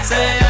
Say